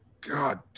God